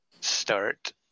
start